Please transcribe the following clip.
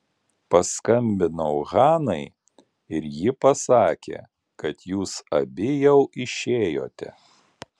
paskambinau hanai ir ji pasakė kad jūs abi jau išėjote